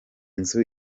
nzu